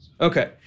Okay